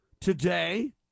Today